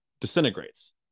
disintegrates